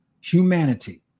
humanity